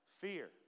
Fear